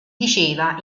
diceva